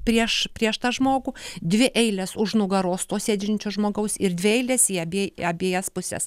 prieš prieš tą žmogų dvi eiles už nugaros to sėdinčio žmogaus ir dvi eilės į abi į abejas puses